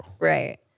Right